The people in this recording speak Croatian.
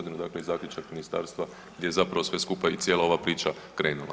Dakle i zaključak ministarstva gdje je zapravo sve skupa i cijela ova priča krenula.